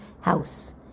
house